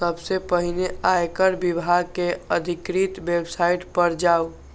सबसं पहिने आयकर विभाग के अधिकृत वेबसाइट पर जाउ